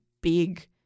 big